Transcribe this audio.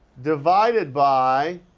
divided by